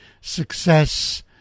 success